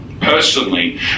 personally